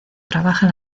trabaja